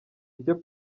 icyo